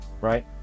Right